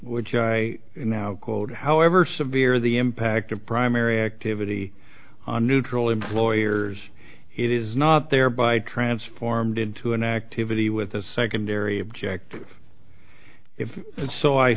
which i now quote however severe the impact of primary activity on neutral employers it is not there by transformed into an activity with a secondary object if it's so i